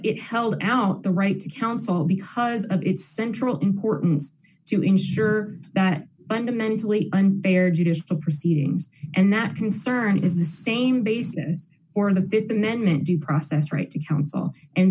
it held out the right to counsel because of its central importance to ensure that fundamentally unfair judicial proceedings and that concern is the same basis or in the th amendment due process right to counsel